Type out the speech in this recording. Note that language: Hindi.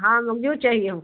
हाँ मज़बूत चाहिए हमको